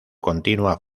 continua